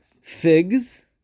figs